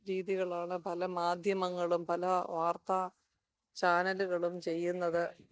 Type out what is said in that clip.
രീതികളാണ് പല മാധ്യമങ്ങളും പല വാർത്താ ചാനലുകളും ചെയ്യുന്നത്